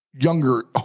younger